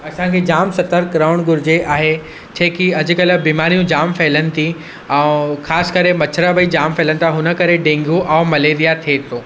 असांखे जाम सतर्क रहण घुरिजे आहे छोकी अजुकल्ह बिमारियूं जाम फैलनि थी ऐं ख़ासि करे मच्छर भई जाम फैलनि था हुन करे डेंगू ऐं मलेरिया थिए थो